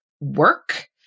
work